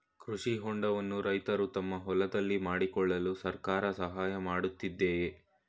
ಕೃಷಿ ಹೊಂಡವನ್ನು ರೈತರು ತಮ್ಮ ಹೊಲದಲ್ಲಿ ಮಾಡಿಕೊಳ್ಳಲು ಸರ್ಕಾರ ಸಹಾಯ ಮಾಡುತ್ತಿದೆಯೇ?